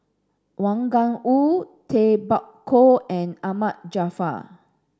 Wang Gungwu Tay Bak Koi and Ahmad Jaafar